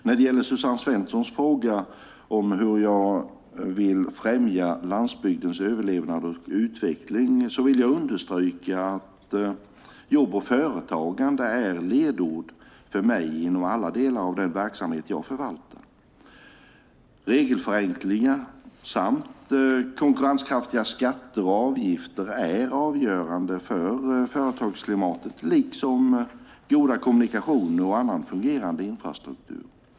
När det gäller Suzanne Svenssons fråga om hur jag vill främja landsbygdens överlevnad och utveckling vill jag understryka att jobb och företagande är ledord för mig inom alla delar av den verksamhet som jag förvaltar. Regelförenklingar samt konkurrenskraftiga skatter och avgifter är avgörande för företagsklimatet liksom goda kommunikationer och annan fungerande infrastruktur.